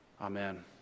Amen